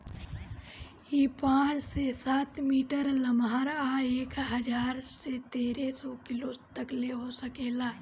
इ पाँच से सात मीटर लमहर आ एक हजार से तेरे सौ किलो तकले हो सकेला